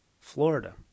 Florida